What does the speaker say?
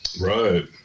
Right